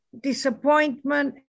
disappointment